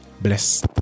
Bless